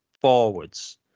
forwards